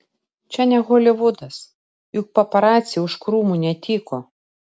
čia ne holivudas juk paparaciai už krūmų netyko